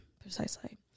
Precisely